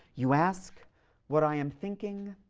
you ask what i am thinking.